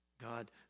God